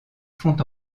font